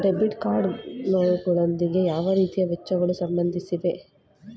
Debit card ಗಳೊಂದಿಗೆ ಯಾವ ರೀತಿಯ ವೆಚ್ಚಗಳು ಸಂಬಂಧಿಸಿವೆ?